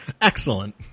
Excellent